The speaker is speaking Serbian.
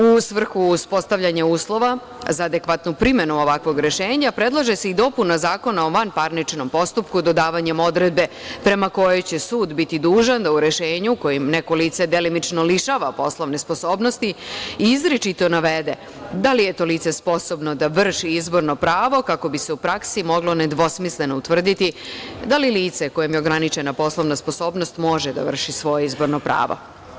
U svrhu uspostavljanja uslova za adekvatnu primenu ovakvog rešenja predlaže se i dopuna Zakona o vanparničnom postupku dodavanjem odredbe prema kojoj će sud biti dužan da u rešenju, kojim neko lice delimično lišava poslovne sposobnosti, izričito navede da li je to lice sposobno da vrši izborno pravo, kako bi se u praksi moglo nedvosmisleno utvrditi da li lice kojem je ograničena poslovna sposobnost može da vrši svoja izborna prava.